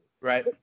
Right